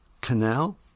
canal